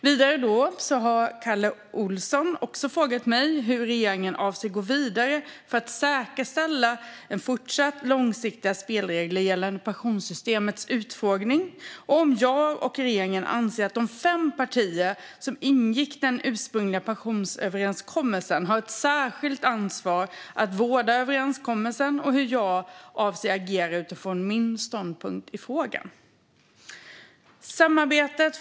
Vidare har också Kalle Olsson frågat mig hur regeringen avser att gå vidare för att säkerställa fortsatt långsiktiga spelregler gällande pensionssystemets utformning. Han har även frågat om jag och regeringen anser att de fem partier som ingick den ursprungliga pensionsöverenskommelsen har ett särskilt ansvar att vårda överenskommelsen och hur jag avser att agera utifrån min ståndpunkt i frågan. Fru talman!